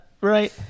right